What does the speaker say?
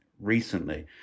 recently